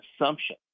assumption